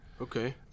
Okay